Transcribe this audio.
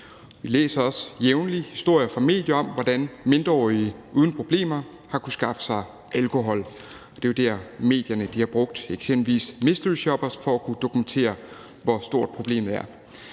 Vi læser også jævnligt historier fra medierne om, hvordan mindreårige uden problemer har kunnet skaffe sig alkohol. Det er jo der, medierne eksempelvis har brugt mysteryshoppers for at kunne dokumentere, hvor stort problemet er.